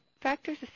factors